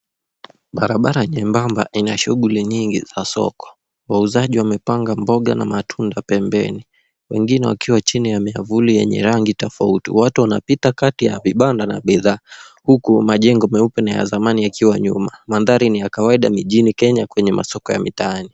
Barabara jembamba ina shughuli nyingi za soko. Wauzaji wamepanga mboga na matunda pembeni, wengine wakiwa chini ya myavuli yenye rangi tofauti. Watu wanapita kati ya vibanda na bidhaa, huku majengo meupe na ya zamani yakiwa nyuma. Mandhari ni ya kawaida mijini Kenya kwenye masoko ya mitaani.